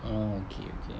oh okay okay